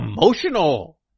emotional